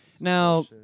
Now